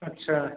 अच्छा